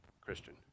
Christian